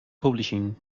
publishing